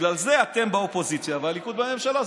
בגלל זה אתם באופוזיציה והליכוד בממשלה.